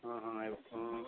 हा हा एवं हा